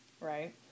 right